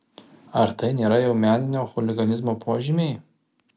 ar tai nėra jau meninio chuliganizmo požymiai